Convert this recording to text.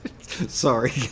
Sorry